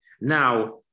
Now